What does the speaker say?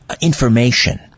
information